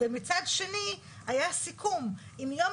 ומצד שני היה סיכום עם יום